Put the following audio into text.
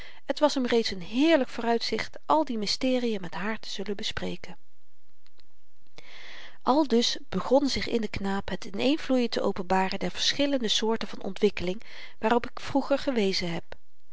het was hem reeds n heerlyk vooruitzicht al die mysteriën met haar te zullen bespreken aldus begon zich in den knaap het in eenvloeien te openbaren der verschillende soorten van ontwikkeling waarop ik vroeger gewezen heb